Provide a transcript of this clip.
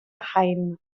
haydn